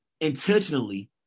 intentionally